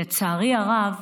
לצערי הרב,